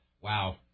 Wow